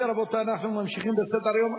אם כן, רבותי, אנחנו ממשיכים בסדר-היום.